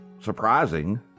surprising